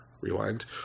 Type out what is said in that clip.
rewind